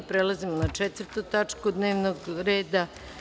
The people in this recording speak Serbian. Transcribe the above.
Prelazimo na četvrtu tačku dnevnog reda.